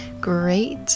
great